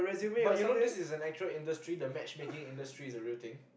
but you know this is an actual industry the matchmaking industry is a real thing